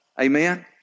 Amen